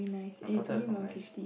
no prata is not nice